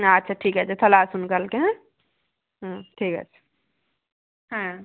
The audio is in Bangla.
আচ্ছা ঠিক আছে তাহলে আসুন কালকে হ্যাঁ হুম ঠিক আছে হ্যাঁ